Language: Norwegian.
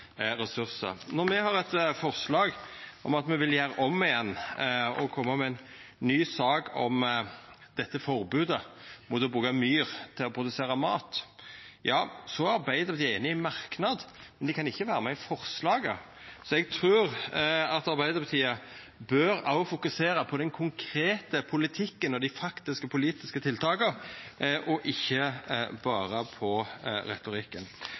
ressursar. Me har eit forslag om at me vil gjera om igjen og koma med ei ny sak om forbodet mot å bruka myr til å produsera mat, og Arbeidarpartiet er einig i merknaden, men dei kan ikkje vera med i forslaget, så eg trur Arbeidarpartiet òg bør fokusera på den konkrete politikken og dei faktiske politiske tiltaka, ikkje berre på retorikken.